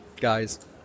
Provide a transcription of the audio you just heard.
guys